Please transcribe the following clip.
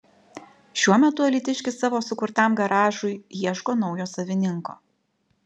šiuo metu alytiškis savo sukurtam garažui ieško naujo savininko